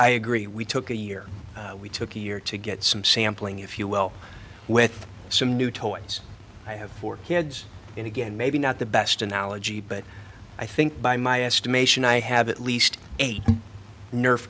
agree we took a year we took a year to get some sampling if you will with some new toys i have four kids and again maybe not the best analogy but i think by my estimation i have at least eight ner